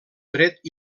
tret